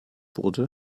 wurde